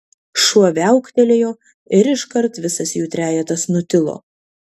šuo viauktelėjo ir iškart visas jų trejetas nutilo